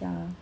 um